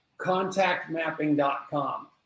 Contactmapping.com